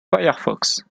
firefox